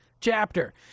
chapter